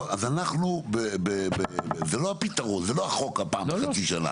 זה לא החוק פעם בחצי שנה.